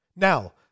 Now